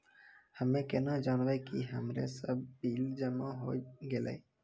हम्मे केना जानबै कि हमरो सब बिल जमा होय गैलै?